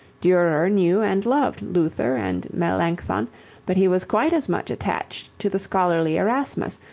durer knew and loved luther and melancthon but he was quite as much attached to the scholarly erasmus,